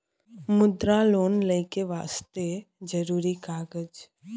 मुद्रा लोन लेके वास्ते जरुरी कागज?